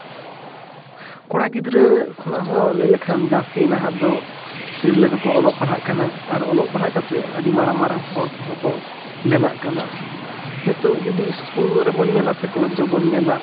ᱠᱚᱲᱟ ᱜᱤᱫᱽᱨᱟᱹ ᱠᱷᱚᱱᱟᱜ ᱦᱚᱸ ᱞᱟᱹᱭ ᱞᱮᱠᱷᱟᱱ ᱡᱟᱹᱥᱛᱤ ᱱᱟᱦᱟᱜ ᱫᱚ ᱛᱤᱨᱞᱟᱹ ᱠᱚᱠᱚ ᱚᱞᱚᱜ ᱯᱟᱲᱦᱟᱜ ᱠᱟᱱᱟ ᱟᱨ ᱚᱞᱚᱜ ᱯᱟᱲᱦᱟᱜ ᱠᱟᱛᱮᱫ ᱟᱹᱰᱤ ᱢᱟᱨᱟᱝ ᱢᱟᱨᱟᱝ ᱦᱚᱲ ᱦᱚᱸᱠᱚ ᱵᱮᱱᱟᱜ ᱠᱟᱱᱟ ᱱᱤᱛᱳᱜ ᱡᱩᱫᱤ ᱤᱥᱠᱩᱞ ᱨᱮᱵᱚᱱ ᱧᱮᱞᱟ ᱥᱮ ᱠᱚᱞᱮᱡᱽ ᱨᱮᱵᱚᱱ ᱲᱞᱟ